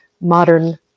modern